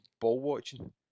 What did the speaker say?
ball-watching